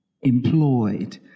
employed